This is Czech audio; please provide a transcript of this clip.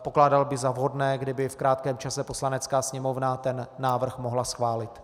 Pokládal bych za vhodné, kdyby v krátkém čase Poslanecká sněmovna ten návrh mohla schválit.